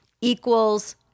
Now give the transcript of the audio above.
equals